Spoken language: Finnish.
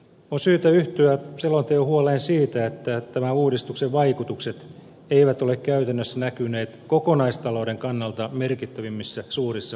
on syytä yhtyä selonteon huoleen siitä että tämän uudistuksen vaikutukset eivät ole käytännössä näkyneet kokonaistalouden kannalta merkittävimmissä suurissa kaupungeissa